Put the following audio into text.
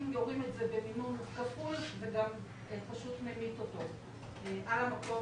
אם יורים את זה במינון כפול זה פשוט ממית אותו על המקום,